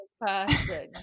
person